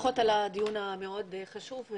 ברכות על הדיון המאוד חשוב.